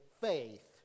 faith